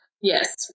yes